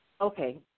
Okay